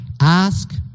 Ask